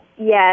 Yes